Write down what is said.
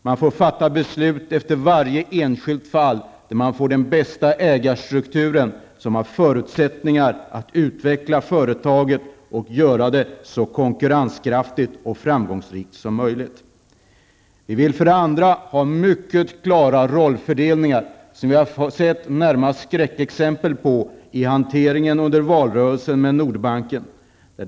Man får fatta beslut i varje enskilt fall så att man får den bästa ägarstrukturen som ger förutsättningar att utveckla företaget och göra det så konkurrenskraftigt och framgångsrikt som möjligt. Vi vill för det andra ha en mycket klar fördelning av rollerna. Vi har närmast sett skräckexempel i detta avseende i hanteringen av Nordbanken under valrörelsen.